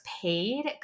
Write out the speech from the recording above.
paid